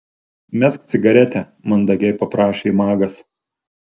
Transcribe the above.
mesk cigaretę mandagiai paprašė magas